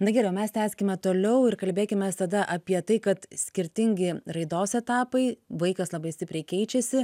na gerai o mes tęskime toliau ir kalbėkimės tada apie tai kad skirtingi raidos etapai vaikas labai stipriai keičiasi